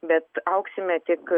bet augsime tik